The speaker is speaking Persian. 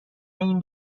این